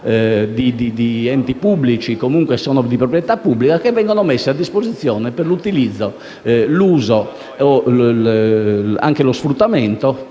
di enti pubblici, o comunque di proprietà pubblica, che vengono messi a disposizione per l'utilizzo, l'uso e anche lo sfruttamento